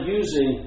using